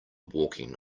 walking